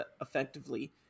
effectively